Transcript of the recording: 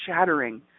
shattering